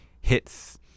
hits